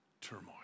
turmoil